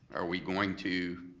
are we going to,